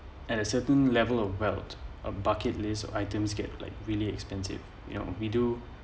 and a certain level of wealth a bucket list items get like really expensive you know we do